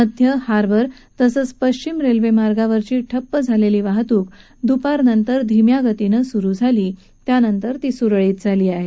मध्य हार्बर तसंच पश्चिम रेल्वेमार्गावरची ठप्प झालेली वाहतूक दुपारनंतर मात्र धीम्या गतीनं सुरु झाली त्यानंतर ती सुरळीत झाली आहे